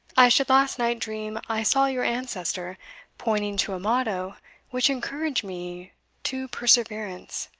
i should last night dream i saw your ancestor pointing to a motto which encouraged me to perseverance